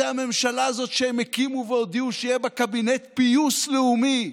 זו הממשלה הזאת שהם הקימו והודיעו שיהיה בה קבינט פיוס לאומי.